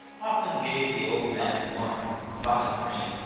often gave the old man wine, clotted cream,